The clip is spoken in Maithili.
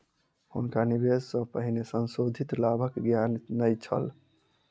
हुनका निवेश सॅ पहिने संशोधित लाभक ज्ञान नै छल